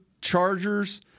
Chargers